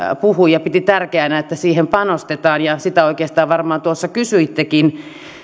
puhui ja piti tärkeänä että siihen panostetaan ja sitä oikeastaan varmaan tuossa kysyittekin